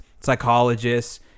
psychologists